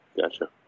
Gotcha